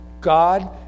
God